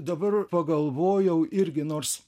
dabar pagalvojau irgi nors